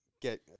get